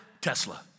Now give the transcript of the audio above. Tesla